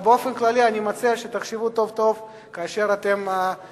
אבל באופן כללי אני מציע שתחשבו טוב טוב כאשר תגיעו